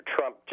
Trump